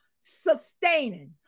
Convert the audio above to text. sustaining